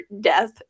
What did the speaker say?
death